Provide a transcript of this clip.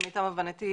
למיטב הבנתי,